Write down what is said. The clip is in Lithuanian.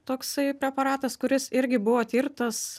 toksai preparatas kuris irgi buvo tirtas